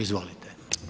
Izvolite.